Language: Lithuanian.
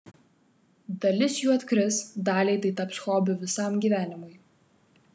dalis jų atkris daliai tai taps hobiu visam gyvenimui